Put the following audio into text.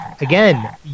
again